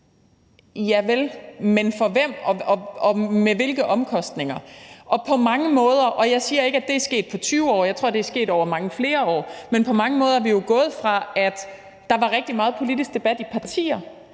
Javel, men for hvem, og med hvilke omkostninger? Og jeg siger ikke, at det er sket på 20 år, for jeg tror, det er sket over mange flere år, men på mange måder er vi jo gået fra, at der var rigtig meget politisk debat i partier,